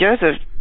Joseph